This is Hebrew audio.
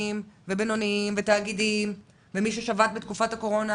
ובינוניים ותאגידים ומי ששבת בתקופת הקורונה